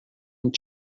and